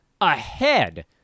ahead